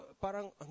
parang